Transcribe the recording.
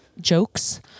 jokes